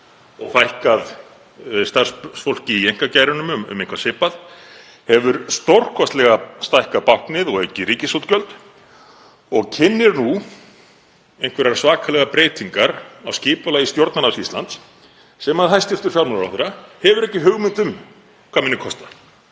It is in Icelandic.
og fækkað starfsfólki í einkageiranum um eitthvað svipað, hefur stórkostlega stækka báknið og aukið ríkisútgjöld og kynnir nú einhverjar svakalegar breytingar á skipulagi Stjórnarráðs Íslands sem hæstv. fjármálaráðherra hefur ekki hugmynd um hvað muni kosta?